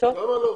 למה לא?